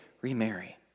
remarry